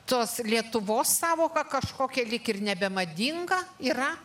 tos lietuvos sąvoka kažkokia lyg ir nebemadinga yra